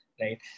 right